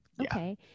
Okay